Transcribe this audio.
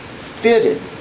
fitted